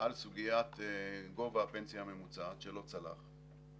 על סוגיית גובה הפנסיה הממוצעת שלא צלח,